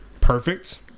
perfect